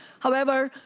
however,